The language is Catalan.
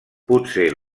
potser